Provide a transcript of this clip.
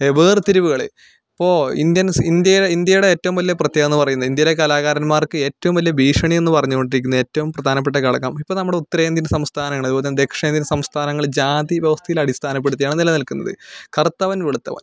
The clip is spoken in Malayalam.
വേർതിരിവുകളെ ഇപ്പോൾ ഇന്ത്യൻസ് ഇന്ത്യയുടെ ഇന്ത്യയുടെ ഏറ്റവും വലിയ പ്രത്യേകത എന്ന് പറയുന്നത് ഇന്ത്യയിലെ കലാകാരന്മാർക്ക് ഏറ്റവും വലിയ ഭീഷണി എന്ന് പറഞ്ഞു കൊണ്ടിരിക്കുന്നത് ഏറ്റവും പ്രധാനപ്പെട്ട ഘടകം ഇപ്പം നമ്മുടെ ഉത്തരേന്ത്യൻ സംസ്ഥാനങ്ങൾ അതുപോലെ ദക്ഷിണേന്ത്യൻ സംസ്ഥാനങ്ങളിൽ ജാതി വ്യവസ്ഥയിൽ അടിസ്ഥാനപ്പെടുത്തിയാണ് നിലനിൽക്കുന്നത് കറുത്തവൻ വെളുത്തവൻ